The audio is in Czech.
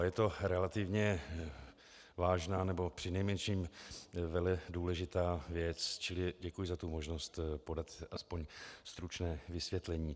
Je to relativně vážná, nebo přinejmenším veledůležitá věc, čili děkuji za možnost podat aspoň stručné vysvětlení.